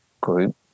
group